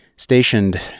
stationed